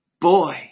Boy